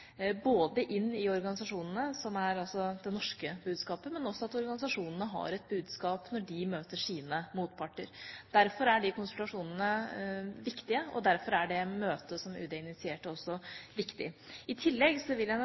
inn i organisasjonene, som er det norske budskapet, men også at organisasjonene har et budskap når de møter sine motparter. Derfor er de konsultasjonene viktige, og derfor er det møtet som UD initierte, også viktig. I tillegg vil